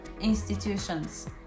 institutions